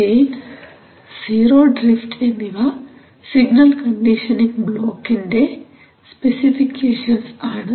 gain zero drift എന്നിവ signal conditioning ബ്ലോക്കിന്റെ specifications ആണ്